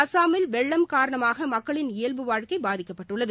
அஸ்ஸாமில் வெள்ளம் காரணமாக மக்களின் இயல்பு வாழ்க்கை பாதிக்கப்பட்டுள்ளது